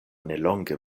nelonge